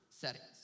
settings